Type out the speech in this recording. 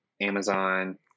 Amazon